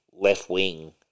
left-wing